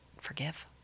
forgive